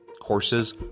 Courses